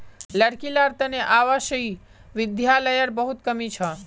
लड़की लार तने आवासीय विद्यालयर बहुत कमी छ